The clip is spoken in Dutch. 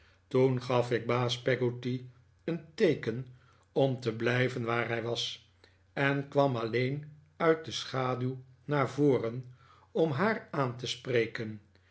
toen gaf ik baas peggotty een teeken om te blijven waar hij was en kwam alleen uit de schaduw naar voren om haar aan te spreken